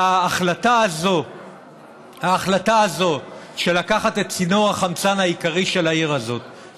וההחלטה הזאת לקחת את צינור החמצן העיקרי של העיר הזאת,